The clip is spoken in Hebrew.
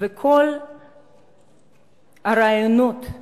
וכל הרעיונות,